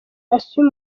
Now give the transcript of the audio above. asuye